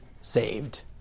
saved